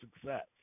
success